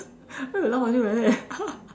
why you laugh until like that